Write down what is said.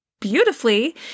Beautifully